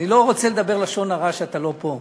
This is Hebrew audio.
אני לא רוצה לדבר לשון הרע כשאתה לא פה.